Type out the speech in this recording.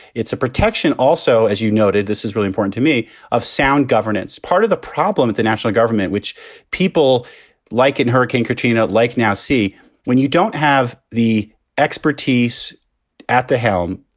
it's a protection also, as you noted. this is really important to me of sound governance. part of the problem with the national government, which people like in hurricane katrina like now see when you don't have the expertise at the helm,